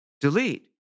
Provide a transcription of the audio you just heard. delete